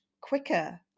quicker